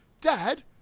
Dad